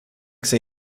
sig